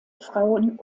frauen